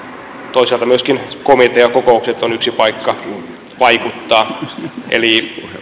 toisaalta myöskin komiteakokoukset ovat yksi paikka vaikuttaa